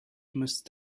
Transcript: must